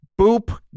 boop